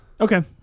Okay